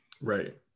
Right